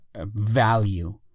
value